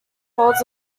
holds